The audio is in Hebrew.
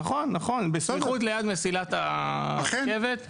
נכון, בסמיכות ליד מסילת הרכבת.